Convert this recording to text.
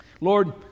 lord